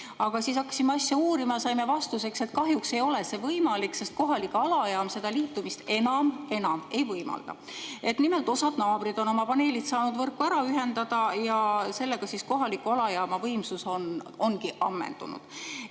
Aga siis hakkasime asja uurima ja saime vastuseks, et kahjuks ei ole see võimalik, sest kohalik alajaam liitumist enam – enam! – ei võimalda. Nimelt, osa naabreid on oma paneelid saanud võrku ära ühendada ja sellega ongi kohaliku alajaama võimsus ammendunud.